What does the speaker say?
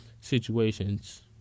situations